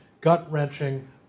gut-wrenching